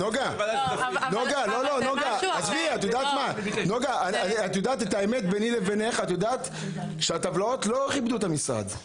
את יודעת בייני לבינך שהטבלאות לא כיבדו את המשרד.